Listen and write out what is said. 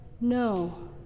no